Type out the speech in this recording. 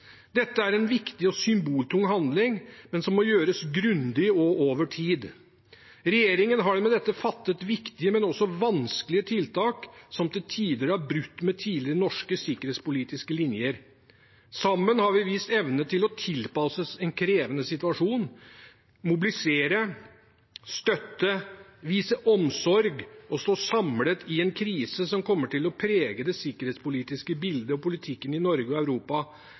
Dette er en viktig og symboltung handling som må gjøres grundig og over tid. Regjeringen har med dette fattet viktige, men også vanskelige, tiltak som til tider har brutt med tidligere norske sikkerhetspolitiske linjer. Sammen har vi vist evne til å tilpasse oss en krevende situasjon: mobilisere, støtte, vise omsorg og stå samlet i en krise som kommer til å prege det sikkerhetspolitiske bildet og politikken i Norge og Europa